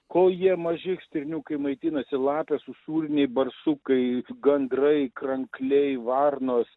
kol jie maži stirniukai maitinasi lapės usūriniai barsukai gandrai krankliai varnos